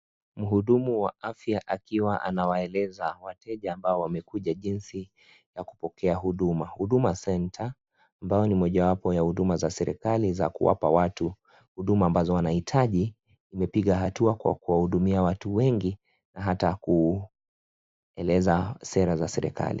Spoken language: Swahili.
Mhudumu wa afya akiwa anawaeleza wateja ambao wamekuja jinsi ya kupokea huduma, huduma senta ambayo ni mojawapo ya huduma za serikali za kuwapa watu huduma ambazo wanahitajhi imepiga hatua kwa kuwahudimia watu wengi na hata kueleza sera za serikali.